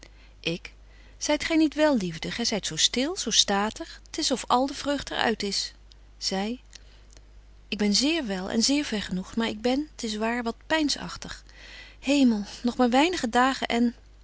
zyt gy niet wel liefde gy zyt zo stil zo statig t is of al de vreugd er uit is zy ik ben zeer wel en zeer vergenoegt maar ik ben t is waar wat peinsagtig hemel nog maar weinige dagen en